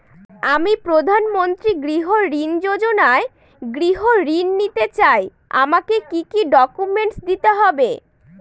আমি প্রধানমন্ত্রী গৃহ ঋণ যোজনায় গৃহ ঋণ নিতে চাই আমাকে কি কি ডকুমেন্টস দিতে হবে?